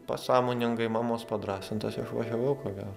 taip pasąmoningai mamos padrąsintas išvažiavau ko gero